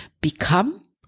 become